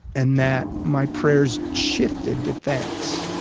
and that my prayers shifted to thanks.